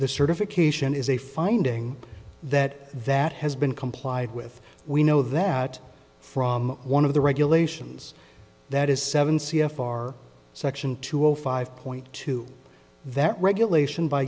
the certification is a finding that that has been complied with we know that from one of the regulations that is seven c f r section two hundred five point two that regulation by